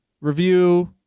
review